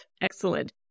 Excellent